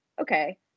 okay